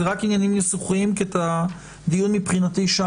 אלה רק עניינים ניסוחיים כי את הדיון סגרנו.